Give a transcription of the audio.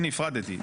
הנה הפרדתי,